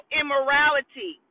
immorality